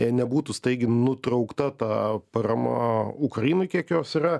jei nebūtų staigiai nutraukta ta parama ukrainai kiek jos yra